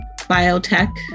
biotech